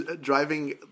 driving